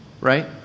Right